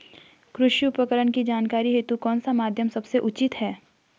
कृषि उपकरण की जानकारी हेतु कौन सा माध्यम सबसे उचित है?